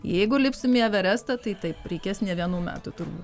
jeigu lipsim į everestą tai taip reikės ne vienų metų turbūt